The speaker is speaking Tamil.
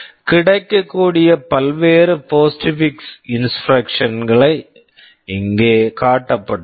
கிடைக்கக்கூடிய பல்வேறு போஸ்ட்ஃபிக்ஸ் இன்ஸ்ட்ரக்க்ஷன்ஸ் postfix instructions இங்கே காட்டப்பட்டுள்ளது